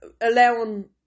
allowing